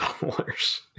dollars